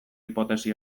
hipotesi